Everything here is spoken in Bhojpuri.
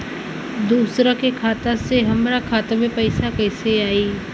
दूसरा के खाता से हमरा खाता में पैसा कैसे आई?